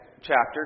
chapter